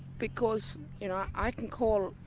because you know i i can call